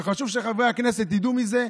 וחשוב שחברי הכנסת ידעו מזה.